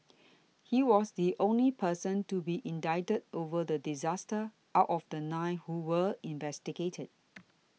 he was the only person to be indicted over the disaster out of the nine who were investigated